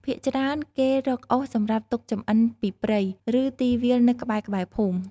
ភាគច្រើន គេរកអុសសម្រាប់ទុកចម្អិនពីព្រៃ ឬ ទីវាលនៅក្បែរៗភូមិ។